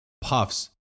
Puffs